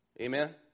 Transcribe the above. Amen